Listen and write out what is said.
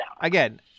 again